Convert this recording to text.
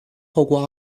透过